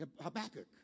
Habakkuk